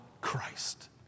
Christ